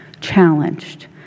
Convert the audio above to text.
challenged